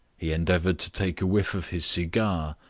he endeavoured to take a whiff of his cigar,